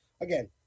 again